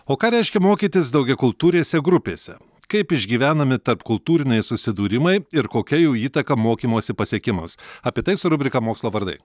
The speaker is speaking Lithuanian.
o ką reiškia mokytis daugiakultūrėse grupėse kaip išgyvenami tarpkultūriniai susidūrimai ir kokia jų įtaka mokymosi pasiekimams apie tai su rubrika mokslo vardai